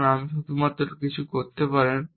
কারণ আমি শুধুমাত্র কিছু করতে পারেন